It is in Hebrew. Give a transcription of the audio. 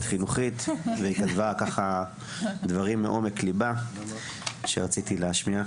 חינוכית והיא כתבה ככה דברים מעומק ליבה שרציתי להשמיע.